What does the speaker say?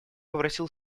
попросил